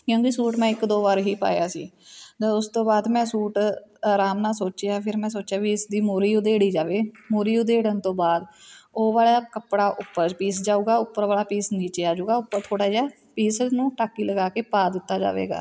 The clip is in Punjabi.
ਕਿਉਂਕਿ ਸੂਟ ਮੈਂ ਇੱਕ ਦੋ ਵਾਰ ਹੀ ਪਾਇਆ ਸੀ ਤਾਂ ਉਸ ਤੋਂ ਬਾਅਦ ਮੈਂ ਸੂਟ ਆਰਾਮ ਨਾਲ ਸੋਚਿਆ ਫਿਰ ਮੈਂ ਸੋਚਿਆ ਵੀ ਇਸ ਦੀ ਮੋਰੀ ਉਧੇੜੀ ਜਾਵੇ ਮੋਰੀ ਉਧੇੜਨ ਤੋਂ ਬਾਅਦ ਉਹ ਵਾਲਾ ਕੱਪੜਾ ਉੱਪਰ ਪੀਸ ਜਾਊਗਾ ਉੱਪਰ ਵਾਲਾ ਪੀਸ ਨੀਚੇ ਆ ਜੂਗਾ ਉੱਪਰ ਥੋੜ੍ਹਾ ਜਿਹਾ ਪੀਸ ਨੂੰ ਟਾਕੀ ਲਗਾ ਕੇ ਪਾ ਦਿੱਤਾ ਜਾਵੇਗਾ